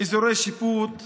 אתה זוכר את